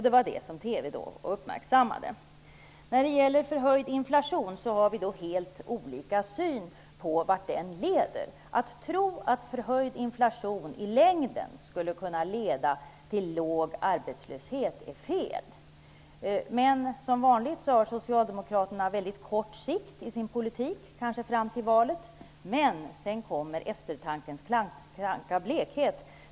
Det var det som uppmärksammades i TV. När det gäller förhöjd inflation har vi helt olika syn på vart det leder. Att tro att förhöjd inflation i längden skulle kunna leda till låg arbetslöshet är fel. Som vanligt har Socialdemokraterna en mycket kortsiktig politik -- kanske fram till valet -- men sedan kommer eftertankens kranka blekhet.